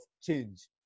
change